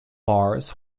bars